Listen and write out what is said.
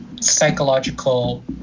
psychological